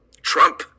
Trump